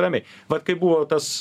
ramiai vat kaip buvo tas